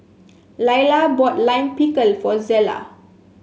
Laila bought Lime Pickle for Zella